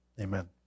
Amen